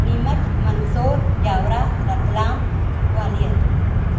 रीमच मंसूर जावरा रतलाम ग्वालियर